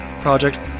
Project